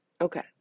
Okay